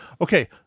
Okay